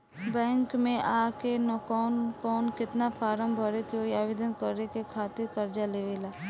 Bank मे आ के कौन और केतना फारम भरे के होयी आवेदन करे के खातिर कर्जा लेवे ला?